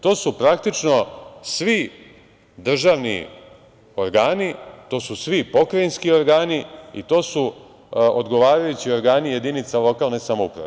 To su praktično svi državni organi, to su svi pokrajinski organi i to su odgovarajući organi jedinica lokalne samouprave.